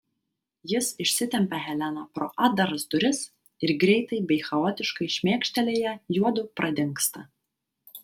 jis išsitempia heleną pro atdaras duris ir greitai bei chaotiškai šmėkštelėję juodu pradingsta